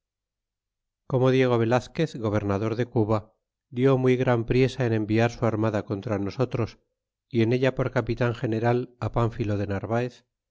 como diego velazquez gobernador de cuba dió muy gran priesa en enviar su armada contra nosotros y en ella por capitan general pmphilo de narvaez